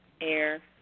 air